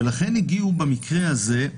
ולכן הגיעו במקרה הזה,